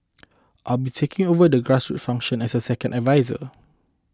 I'll be taking over the grassroots function as second adviser